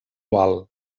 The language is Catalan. val